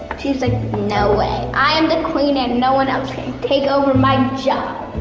she's like no way, i'm the queen and no one else can take over my job.